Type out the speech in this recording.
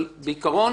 אבל בעיקרון